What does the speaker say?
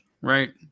Right